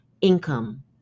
income